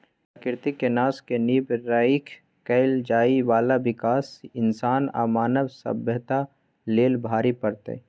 प्रकृति के नाश के नींव राइख कएल जाइ बाला विकास इंसान आ मानव सभ्यता लेल भारी पड़तै